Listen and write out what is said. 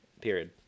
Period